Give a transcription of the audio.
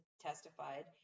testified